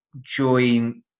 join